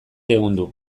ehundu